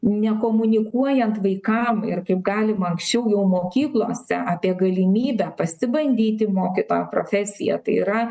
nekomunikuojant vaikam ir kaip galima anksčiau jau mokyklose apie galimybę pasibandyti mokytojo profesiją tai yra